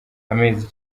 amezi